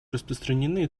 распространены